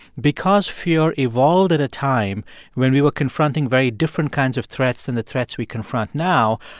because fear evolved at a time when we were confronting very different kinds of threats than the threats we confront now,